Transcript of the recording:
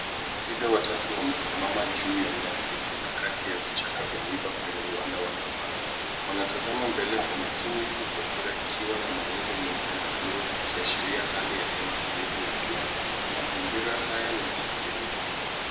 Twiga watatu wamesimama juu ya nyasi na kati ya vichaka vya miiba kwenye uwanda wa savana. Wanatazama mbele kwa makini huku anga ikiwa na mawingu meupe na bluu ikiashiria hali ya hewa tulivu ya jua. Mazingira haya ni ya asili.